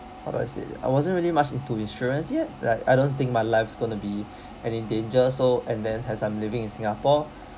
how do I say it I wasn't really much into insurance yet like I don't think my life's gonna be any danger so and then as I am living in singapore